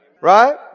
Right